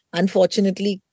unfortunately